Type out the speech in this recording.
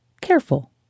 Careful